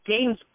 games